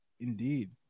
indeed